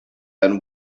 than